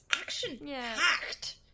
action-packed